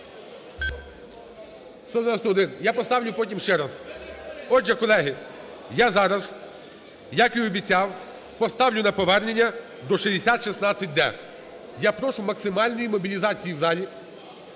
Я поставлю потім ще раз. Отже, колеги, я зараз, як і обіцяв, поставлю на повернення до 6016-д. Я прошу максимальної мобілізації у залі,